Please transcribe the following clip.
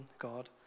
God